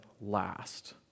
last